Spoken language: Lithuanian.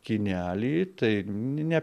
kinelį tai ne